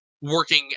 working